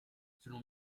selon